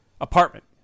apartment